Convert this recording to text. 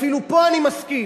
אפילו פה אני מסכים.